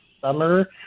summer